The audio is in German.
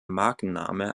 markenname